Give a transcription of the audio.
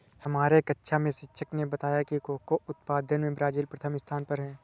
हमारे कक्षा में शिक्षक ने बताया कि कोको उत्पादन में ब्राजील प्रथम स्थान पर है